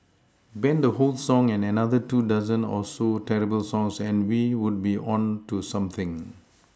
ban the whole song and another two dozen or so terrible songs and we would be on to something